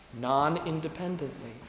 non-independently